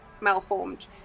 malformed